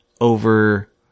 over